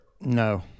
no